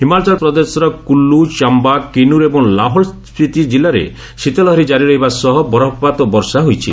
ହିମାଚଳପ୍ରଦେଶ ପ୍ରଦେଶର କୁଲୁ ଚାମ୍ଘା କିନ୍ନର ଏବଂ ଲାହୌଲ ସ୍ୱିତି ଜିଲ୍ଲାରେ ଶୀତ ଲହରୀ ଜାରୀ ରହିବା ସହ ବରଫପାତ ଓ ବର୍ଷା ହୋଇଛି